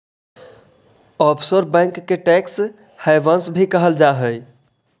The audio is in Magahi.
ऑफशोर बैंक के टैक्स हैवंस भी कहल जा हइ